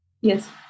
Yes